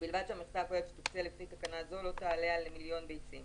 ובלבד שהמכסה הכוללת שתוקצה לפי תקנה זו לא תעלה על 1,000,000 ביצים,